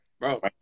Bro